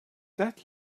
that